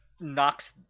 knocks